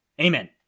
Amen